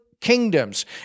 kingdoms